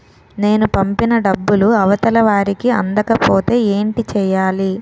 నేను పంపిన డబ్బులు అవతల వారికి అందకపోతే ఏంటి చెయ్యాలి?